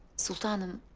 sultan um